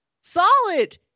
Solid